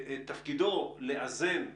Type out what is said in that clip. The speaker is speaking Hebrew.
תפקידו לאזן אתכם,